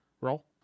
Roll